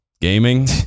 gaming